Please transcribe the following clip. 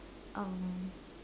um